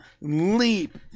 Leap